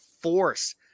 force